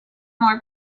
more